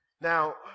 Now